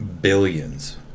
billions